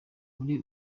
muri